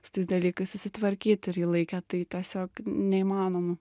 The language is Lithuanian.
su tais dalykais susitvarkyt ir ji laikė tai tiesiog neįmanomu